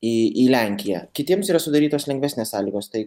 į į lenkiją kitiems yra sudarytos lengvesnės sąlygos tai